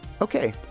Okay